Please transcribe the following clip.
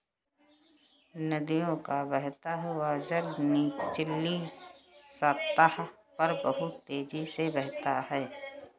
नदियों का बहता हुआ जल निचली सतह पर बहुत तेजी से बहता है